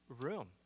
room